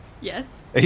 Yes